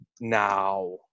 now